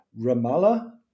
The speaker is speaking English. Ramallah